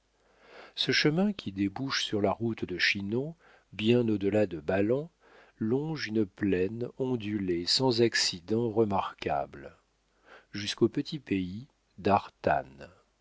ce chemin qui débouche sur la route de chinon bien au delà de ballan longe une plaine ondulée sans accidents remarquables jusqu'au petit pays d'artanne